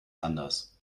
anders